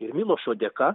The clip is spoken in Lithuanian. ir milošo dėka